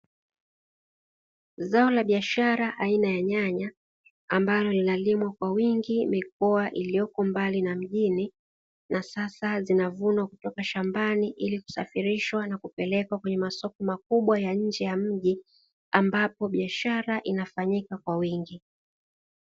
Zao la biashara aina ya nyanya ambalo linalimwa kwa wingi mikoaa iliyopo mbali na mjini na sasa zinavunwa kutoka shambani ili kusafirishwa na kupelekwa kwenye masoko makubwa ya nje ya mji, ambapo biashara inafanyika kwa wingi.